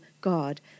God